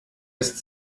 ist